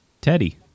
Teddy